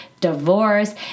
divorce